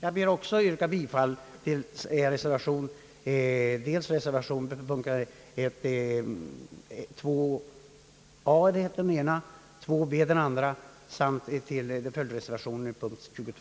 Jag ber också yrka bifall till reservationerna b till punkt 21. att få a och